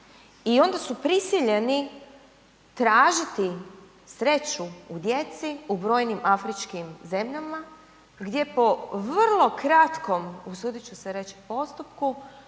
i onda su prisiljeni tražiti sreću u djeci u brojnim Afričkim zemljama gdje po vrlo kratkom usudit ću se reći postupku